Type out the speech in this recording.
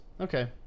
okay